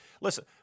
listen